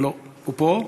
הוא פה?